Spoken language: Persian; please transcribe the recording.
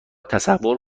تصور